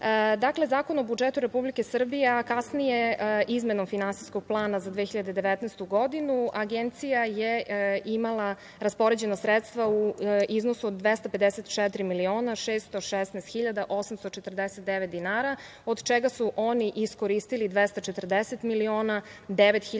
Zakonom o budžetu Republike Srbije, a kasnije izmenom Finansijskog plana za 2019. godinu Agencija je imala raspoređena sredstva u iznosu od 254 miliona 616 hiljada 849 dinara, od čega su oni iskoristili 240 miliona devet hiljada